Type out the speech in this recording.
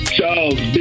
Charles